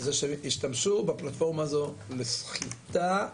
שהשתמשו בפלטפורמה הזו לסחיטה,